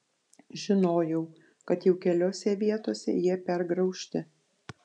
žinojau kad jau keliose vietose jie pergraužti